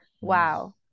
wow